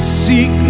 seek